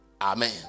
Amen